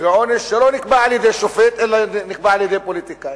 ועונש שלא נקבע על-ידי שופט אלא נקבע על-ידי פוליטיקאים,